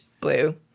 blue